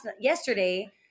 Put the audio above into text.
Yesterday